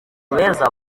beza